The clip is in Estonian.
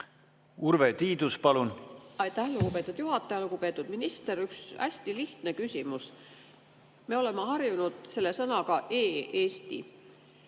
Urve Tiidus, palun! Aitäh, lugupeetud juhataja! Lugupeetud minister! Üks hästi lihtne küsimus. Me oleme harjunud sõnaga "e-Eesti"